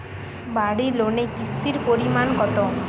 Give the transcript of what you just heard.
বাড়ি লোনে কিস্তির পরিমাণ কত?